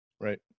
Right